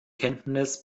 kenntnis